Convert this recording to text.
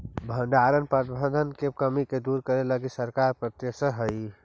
भण्डारण प्रबंधन के कमी के दूर करे लगी सरकार प्रयासतर हइ